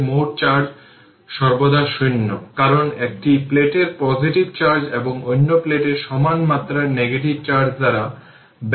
এর পরেরটি হল একটি 2 মাইক্রোফ্যারাড ক্যাপাসিটরের মাধ্যমে current energy 3000 milliampere i t 6 e